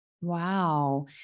Wow